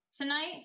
tonight